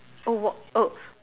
oh what oh